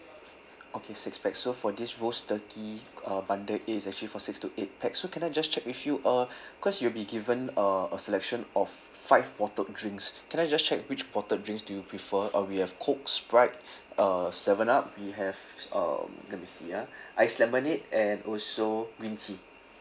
okay six pax so for this roast turkey uh bundle A is actually for six to eight pax so can I just check with you uh cause you'll be given uh a selection of five bottled drinks can I just check which bottled drinks do you prefer uh we have coke sprite uh seven up we have um let me see ah iced lemonade and also green tea